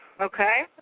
Okay